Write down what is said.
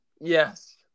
Yes